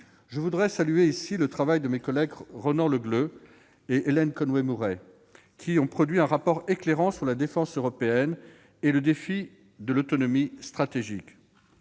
Je veux saluer ici le travail de mes collègues Ronan Le Gleut et Hélène Conway-Mouret, qui ont produit un rapport éclairant sur la défense européenne et le défi de l'autonomie stratégique.